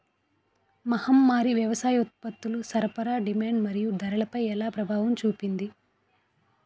మహమ్మారి వ్యవసాయ ఉత్పత్తుల సరఫరా డిమాండ్ మరియు ధరలపై ఎలా ప్రభావం చూపింది?